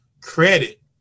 credit